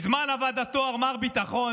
מזמן אבד התואר מר ביטחון,